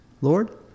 Lord